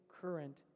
current